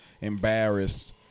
embarrassed